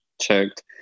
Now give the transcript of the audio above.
checked